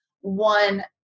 one